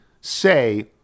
say